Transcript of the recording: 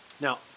Now